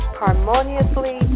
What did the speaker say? harmoniously